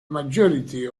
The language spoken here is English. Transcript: majority